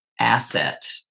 asset